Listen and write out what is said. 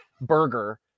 burger